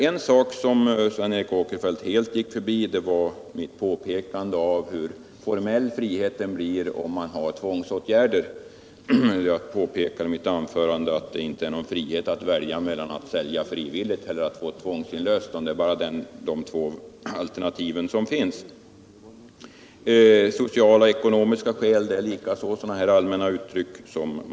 En sak som Sven Eric Åkerfeldt helt gick förbi var mitt påpekande av hur formell friheten blir om man har tvångsåtgärder. Jag betonade i mitt anförande att det inte är någon verklig frihet att välja mellan att sälja frivilligt eller drabbas av tvångsinlösen om det bara är de två alternativen som finns. Sociala och ekonomiska skäl är likaså allmänna uttryck.